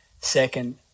Second